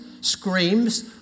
screams